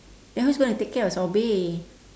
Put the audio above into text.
then who's gonna take care of sobri